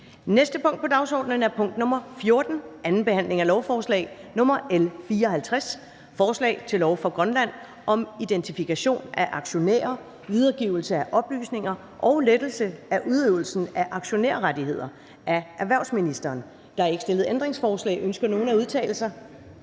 næste punkt på dagsordenen er: 14) 2. behandling af lovforslag nr. L 54: Forslag til lov for Grønland om identifikation af aktionærer, videregivelse af oplysninger og lettelse af udøvelsen af aktionærrettigheder. Af erhvervsministeren (Simon Kollerup). (Fremsættelse